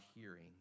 hearing